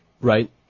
Right